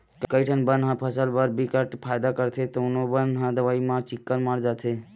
कइठन बन ह फसल बर बिकट फायदा करथे तउनो बन ह दवई म चिक्कन मर जाथे